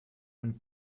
und